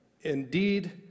indeed